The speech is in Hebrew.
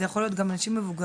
זה יכול להיות גם אנשים מבוגרים.